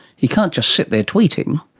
he can't just sit there tweeting.